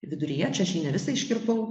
viduryje čia aš jį ne visą iškirpau